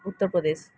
Uttar Pradesh